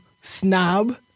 Snob